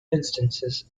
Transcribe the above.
instances